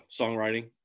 songwriting